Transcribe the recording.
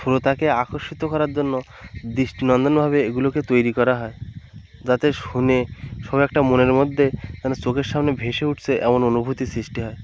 শ্রোতাকে আকর্ষিত করার জন্য দিষ্টিনন্দনভাবে এগুলোকে তৈরি করা হয় যাতে শুনে শুনে একটা মনের মধ্যে যেন চোখের সামনে ভেসে উটছে এমন অনুভূতির সৃষ্টি হয়